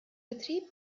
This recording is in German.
betrieb